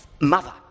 mother